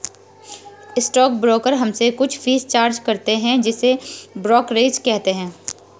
stock broker हमसे कुछ fees charge करते हैं जिसे ब्रोकरेज कहते हैं